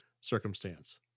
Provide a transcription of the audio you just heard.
circumstance